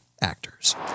actors